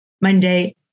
Monday